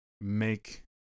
make